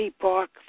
Park